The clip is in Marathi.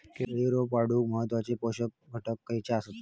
केळी रोपा वाढूक महत्वाचे पोषक घटक खयचे आसत?